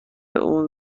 اون